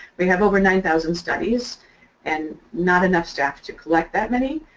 we have over nine thousand studies and not enough staff to collect that many.